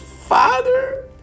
father